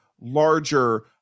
larger